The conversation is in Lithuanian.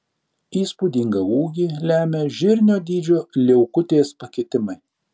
įspūdingą ūgį lemia žirnio dydžio liaukutės pakitimai